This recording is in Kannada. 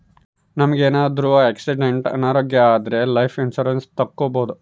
ನಮ್ಗೆ ಏನಾದ್ರೂ ಆಕ್ಸಿಡೆಂಟ್ ಅನಾರೋಗ್ಯ ಆದ್ರೆ ಲೈಫ್ ಇನ್ಸೂರೆನ್ಸ್ ತಕ್ಕೊಬೋದು